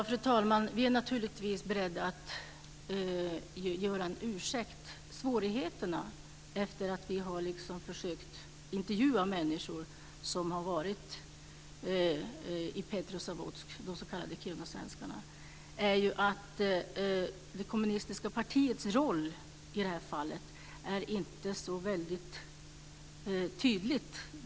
Fru talman! Ja, vi är naturligtvis beredda att ge en ursäkt. Svårigheterna efter att vi har försökt intervjua människor som har varit i Petrozavodsk, de s.k. Kirunasvenskarna, är ju att det kommunistiska partiets roll i det här fallet inte är så väldigt tydlig.